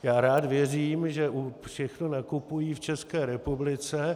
Já rád věřím, že všechno nakupují v České republice.